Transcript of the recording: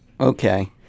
Okay